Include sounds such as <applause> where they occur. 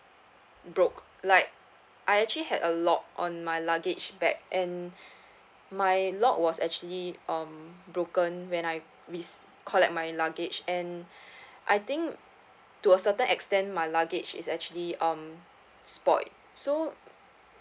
broke like I actually had a lot on my luggage bag and <breath> my lock was actually um broken when I rec~ collect my luggage and <breath> I think to a certain extend my luggage is actually um spoilt so